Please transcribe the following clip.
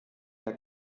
der